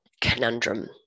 conundrum